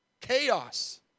Chaos